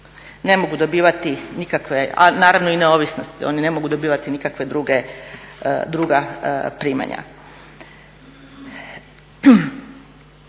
Ne mogu dobivati nikakve, a naravno i neovisnosti, oni ne mogu dobivati nikakve druge, druga primanja.